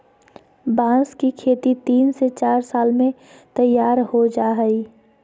बांस की खेती तीन से चार साल में तैयार हो जाय हइ